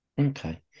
Okay